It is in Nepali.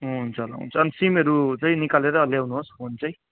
हुन्छ ल हुन्छ अन्त सिमहरू चाहिँ निकालेर ल्याउनुहोस् फोन चाहिँ